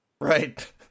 Right